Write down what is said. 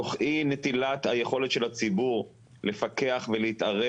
תוך אי נטילת היכולת של הציבור לפקח ולהתערב